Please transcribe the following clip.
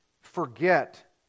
forget